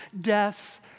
death